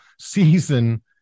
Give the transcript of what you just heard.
season